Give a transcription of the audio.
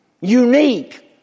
Unique